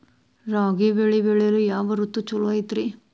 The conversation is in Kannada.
ರಾಗಿ ಬೆಳೆ ಬೆಳೆಯಲು ಯಾವ ಋತು ಛಲೋ ಐತ್ರಿ?